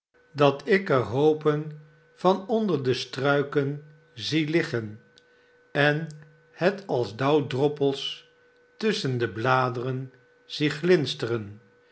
dat ik er hoopen van onder de struiken zie hggen en het als dauwdroppels tusschen de bladeren zie